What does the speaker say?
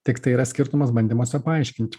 tiktai yra skirtumas bandymuose paaiškinti